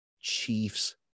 Chiefs